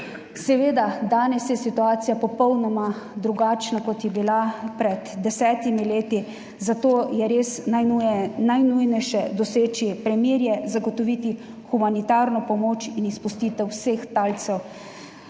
Seveda je danes situacija popolnoma drugačna, kot je bila pred desetimi leti, zato je res najnujnejše doseči premirje, zagotoviti humanitarno pomoč in izpustitev vseh talcev.